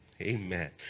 Amen